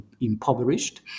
impoverished